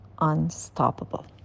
unstoppable